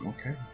Okay